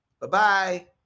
Bye-bye